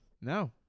No